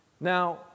Now